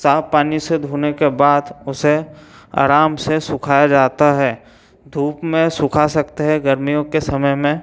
साफ पानी से धोने के बाद उसे आराम से सुखाया जाता है धूप में सूखा सकते हैं गर्मियों के समय में